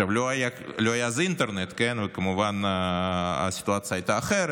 לא היה אז אינטרנט, וכמובן הסיטואציה הייתה אחרת.